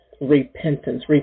repentance